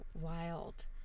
wild